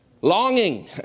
longing